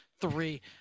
three